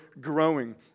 growing